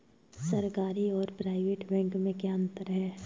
सरकारी और private bank में क्या अंतर है?